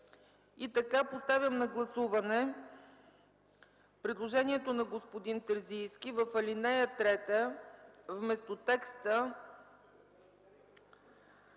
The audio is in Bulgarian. Поставям на гласуване предложението на господин Терзийски в ал. 3 вместо текста